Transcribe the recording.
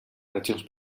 regions